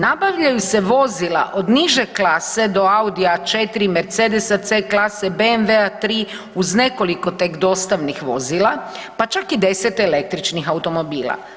Nabavljaju se vozila od niže klase do Audi A4, Mercedesa C klase, BMW 3, uz nekoliko tek dostavnih vozila, pa čak i 10 električnih automobila.